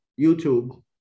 YouTube